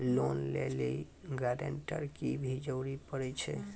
Loan लै लेली guarantor के भी जरूरी पड़ै छै?